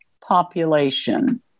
population